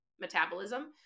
metabolism